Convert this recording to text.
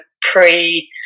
pre